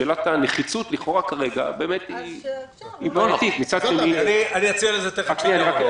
שאלת הנחיצות היא באמת --- אז אפשר --- אני אציע לזה תכף פתרון.